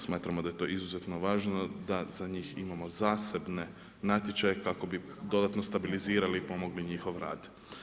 Smatramo da je to izuzetno važno, da za njih imamo zasebne natječaje, kako bi dodatno stabilizirali i pomogli njihov rad.